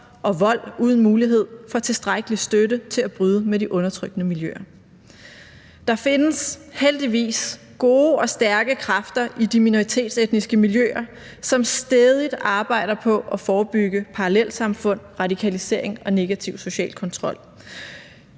og vold uden mulighed for tilstrækkelig støtte til at bryde med de undertrykkende miljøer. Der findes heldigvis gode og stærke kræfter i de minoritetsetniske miljøer, som stædigt arbejder på at forebygge parallelsamfund, radikalisering og negativ social kontrol.